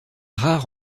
rare